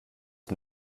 was